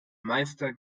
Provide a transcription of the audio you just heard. meister